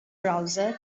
browser